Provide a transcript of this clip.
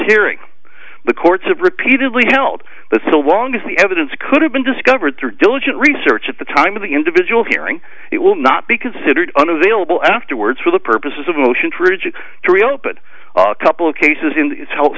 hearing the courts have repeatedly held the so long as the evidence could have been discovered through diligent research at the time of the individual hearing it will not be considered unavailable afterwards for the purposes of motion trichet to reopen a couple of cases in its help